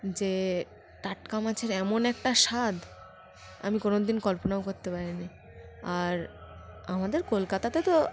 যে টাটকা মাছের এমন একটা স্বাদ আমি কোনোদিন কল্পনাও করতে পারিনি আর আমাদের কলকাতাতে তো